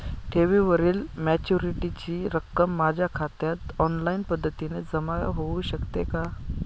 ठेवीवरील मॅच्युरिटीची रक्कम माझ्या खात्यात ऑनलाईन पद्धतीने जमा होऊ शकते का?